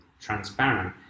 transparent